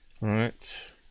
right